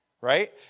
right